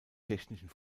technischen